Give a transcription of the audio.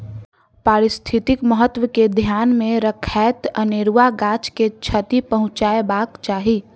पारिस्थितिक महत्व के ध्यान मे रखैत अनेरुआ गाछ के क्षति पहुँचयबाक चाही